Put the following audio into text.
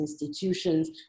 institutions